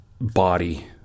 body